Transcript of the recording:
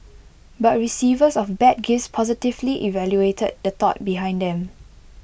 but receivers of bad gifts positively evaluated the thought behind them